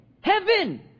Heaven